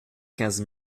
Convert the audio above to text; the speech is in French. quinze